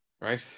right